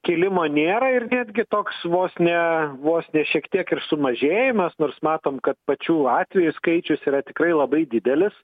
kilimo nėra ir netgi toks vos ne vos ne šiek tiek ir sumažėjimas nors matom kad pačių atvejų skaičius yra tikrai labai didelis